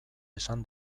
esan